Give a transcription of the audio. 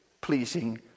pleasing